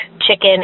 chicken